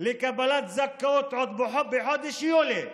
לקבלת זכאות עוד בחודש יולי,